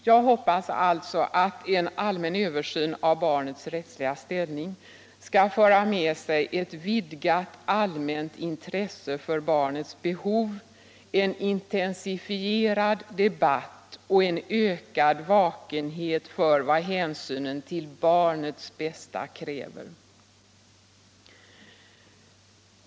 Jag hoppas alltså att en allmän översyn av barnets rättsliga ställning skall föra med sig ett vidgat allmänt intresse för barnets behov, en intensifierad debatt och en ökad vakenhet för vad hänsynen till barnets bästa kräver.